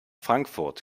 frankfurt